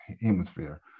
hemisphere